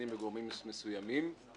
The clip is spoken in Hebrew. הנוגעים בעניין, זה לא מספיק טוב?